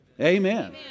Amen